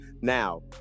Now